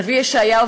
הנביא ישעיהו,